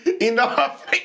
Enough